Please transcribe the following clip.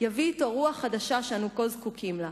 יביא אתו רוח חדשה שאנו כה זקוקים לה,